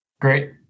Great